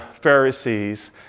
Pharisees